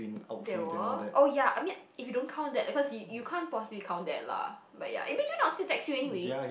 they were oh ya I mean if you don't count that because you you can't possibly count that lah but ya imagine I'll still text you anyway